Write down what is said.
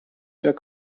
jak